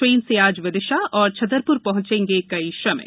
train से आज विदिशा और छतर र हंचेगे कई श्रमिक